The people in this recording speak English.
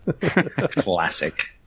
Classic